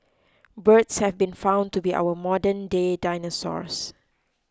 birds have been found to be our modernday dinosaurs